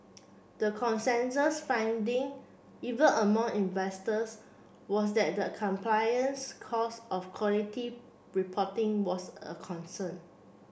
the consensus finding even among investors was that the compliance cost of quality reporting was a concern